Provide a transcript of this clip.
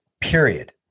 period